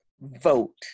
vote